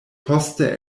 poste